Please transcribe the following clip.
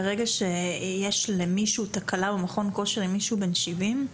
ברגע שיש למישהו תקלה במכון כושר עם מישהו בן 70,